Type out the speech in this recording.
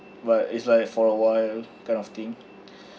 but it's like for awhile kind of thing